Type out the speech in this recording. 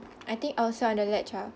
I think I also on the ledge ah